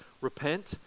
repent